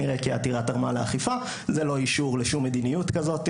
נראה כי העתירה תרמה לאכיפה." זה לא אישור לשום מדיניות כזאת,